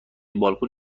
بالکن